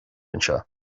anseo